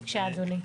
בבקשה, אדוני.